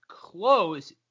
close